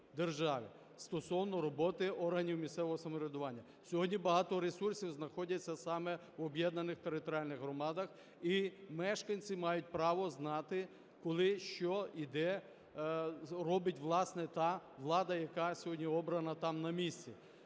державі стосовно роботи органів місцевого самоврядування. Сьогодні багато ресурсів знаходиться саме в об'єднаних територіальних громадах, і мешканці мають право знати, коли що і де робить власне та влада, яка сьогодні обрана там на місці.